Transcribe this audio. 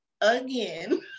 again